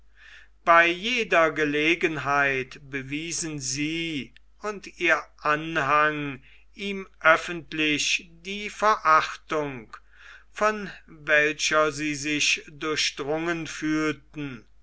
bei jeder gelegenheit bewiesen sie und ihr anhang ihm öffentlich die verachtung von welcher sie sich durchdrungen fühlten